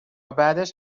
بعدش